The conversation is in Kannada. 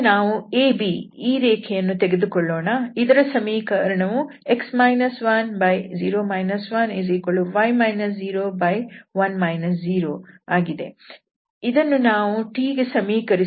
ಈಗ ನಾವು AB ಈ ರೇಖೆಯನ್ನು ತೆಗೆದುಕೊಳ್ಳೋಣ ಇದರ ಸಮೀಕರಣವು x 10 1y 01 0z 00 0 ಇದನ್ನು ನಾವು t ಗೆ ಸಮೀಕರಿಸುತ್ತೇವೆ